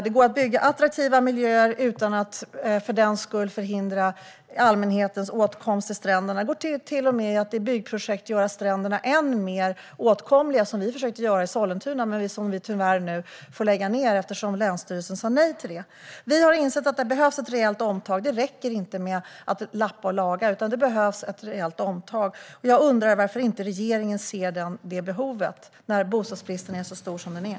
Det går att bygga attraktiva miljöer utan att för den skull förhindra allmänhetens åtkomst till stränderna. Det går till och med att i byggprojekt göra stränderna än mer åtkomliga, som vi har försökt att göra i Sollentuna men där projekten tyvärr har fått läggas ned eftersom länsstyrelsen har sagt nej. Vi har insett att det behövs ett rejält omtag. Det räcker inte med att lappa och laga utan det behövs ett rejält omtag. Jag undrar varför regeringen inte ser det behovet när bostadsbristen är så stor.